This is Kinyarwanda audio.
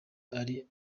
ari